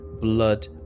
blood